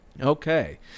Okay